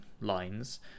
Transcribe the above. lines